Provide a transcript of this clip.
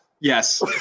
Yes